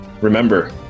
Remember